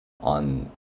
on